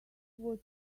was